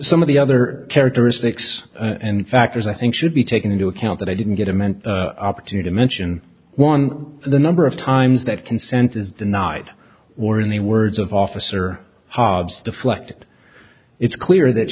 some of the other characteristics and factors i think should be taken into account that i didn't get a meant opportunity to mention one the number of times that consent is denied or in the words of officer hobbs deflect it's clear that